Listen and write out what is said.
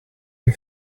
you